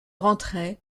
rentrait